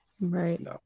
Right